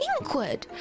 Inkwood